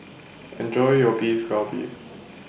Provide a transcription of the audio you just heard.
Enjoy your Beef Galbi